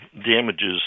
damages